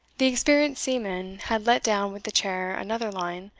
the experienced seaman had let down with the chair another line,